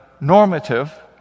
normative